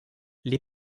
les